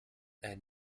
and